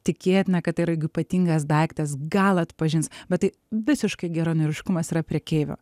tikėtina kad tai yra jeigu ypatingas daiktas gal atpažins bet tai visiškai geranoriškumas yra prekeivių